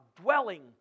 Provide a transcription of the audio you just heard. dwelling